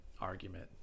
argument